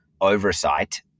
oversight